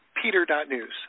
peter.news